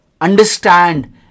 understand